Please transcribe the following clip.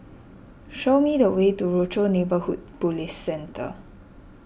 show me the way to Rochor Neighborhood Police Centre